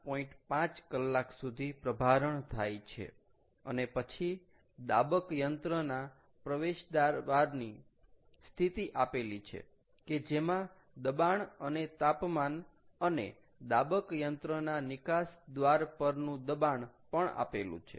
5 કલાક સુધી પ્રભારણ થાય છે અને પછી દાબક યંત્રના પ્રવેશ દ્વારની સ્થિતિ આપેલી છે કે જેમાં દબાણ અને તાપમાન અને દાબક યંત્રના નિકાસ દ્વાર પરનું દબાણ પણ આપેલું છે